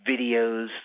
videos